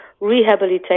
Rehabilitation